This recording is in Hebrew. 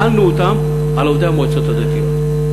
החלנו אותן על עובדי המועצות הדתיות.